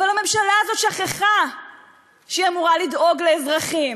אבל הממשלה הזאת שכחה שהיא אמורה לדאוג לאזרחים,